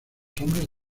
hombres